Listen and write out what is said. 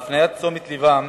בהפניית תשומת לבם